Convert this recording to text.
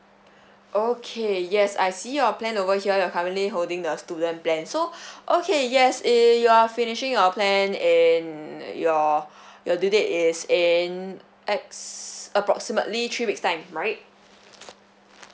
okay yes I see your plan over here you're currently holding the student plan so okay yes and you are finishing your plan and your your due date is in ex approximately three weeks time am I right